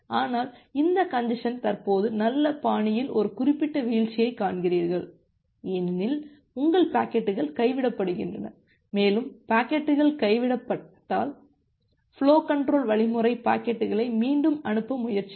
ஆனால் இந்த கஞ்ஜசன் தற்போது நல்ல பாணியில் ஒரு குறிப்பிட்ட வீழ்ச்சியை காண்கிறீர்கள் ஏனெனில் உங்கள் பாக்கெட்டுகள் கைவிடப்படுகின்றன மேலும் பாக்கெட்டுகள் கைவிடப்பட்டால் ஃபுலோ கன்ட்ரோல் வழிமுறை பாக்கெட்டுகளை மீண்டும் அனுப்ப முயற்சிக்கும்